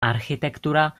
architektura